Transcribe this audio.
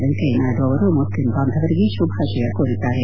ವೆಂಕಯ್ಯ ನಾಯ್ದ ಅವರು ಮುಸ್ಲಿಂ ಬಾಂಧವರಿಗೆ ಶುಭಾಶಯ ಕೋರಿದ್ದಾರೆ